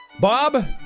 Bob